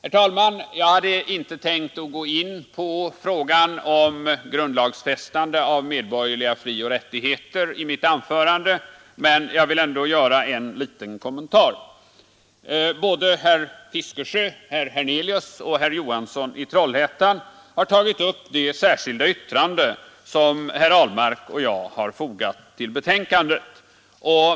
Jag hade inte tänkt att i detta anförande gå in på frågan om grundlagsfästande av medborgerliga frioch rättigheter, men jag vill ändå göra en liten kommentar. Såväl herr Fiskesjö som herr Hernelius och herr Johansson i Trollhättan har tagit upp det särskilda yttrande som herr Ahlmark och jag har fogat till utskottets betänkande.